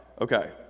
Okay